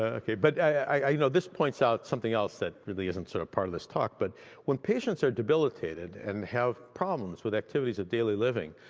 ah but i know, this points out something else that really isn't sort of part of this talk but when patients are debilitated and have problems with activities of daily living,